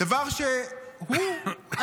דבר שהוא עצמו,